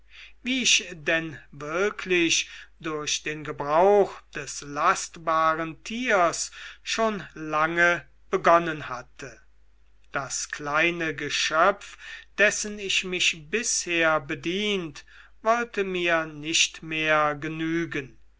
wie ich denn wirklich durch den gebrauch des lastbaren tiers schon lange begonnen hatte das kleine geschöpf dessen ich mich bisher bedient wollte mir nicht mehr genügen